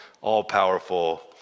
all-powerful